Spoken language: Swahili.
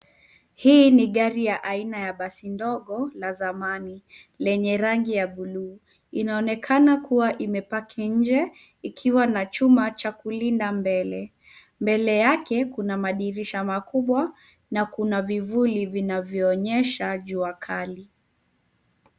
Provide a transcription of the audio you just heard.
Hii ni gari ya aina ya basi ndogo la zamani lenye rangi ya buluu. Inaonekana kuwa imepaki nje ikiwa na chuma cha kulinda mbele. Mbele yake kuna madirisha makubwa na kuna vivuli vinavyoonyesha jua kali.